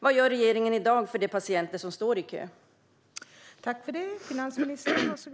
Vad gör regeringen för de patienter som står i kö i dag?